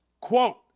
quote